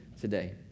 today